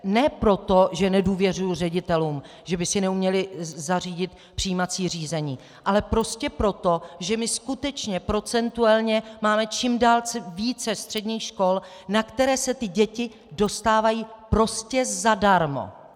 Ne proto, že nedůvěřuji ředitelům, že by si neuměli zařídit přijímací řízení, ale prostě proto, že my skutečně procentuálně máme čím dál více středních škol, na které se děti dostávají prostě zadarmo.